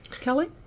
Kelly